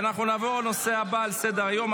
אנחנו נעבור לנושא הבא על סדר-היום: